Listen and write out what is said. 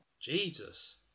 Jesus